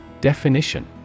Definition